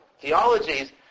theologies